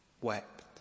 wept